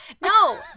No